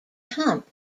hump